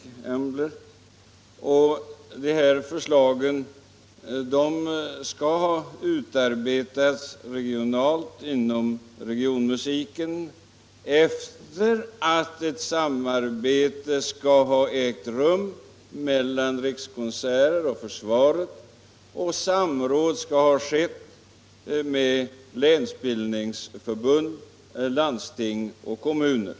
Förslagen har utarbetats regionalt inom regionmusiken i samarbete med företrädare för Rikskonserter och försvaret och i samråd med bl.a. länsbildningsförbund, landsting och kommuner.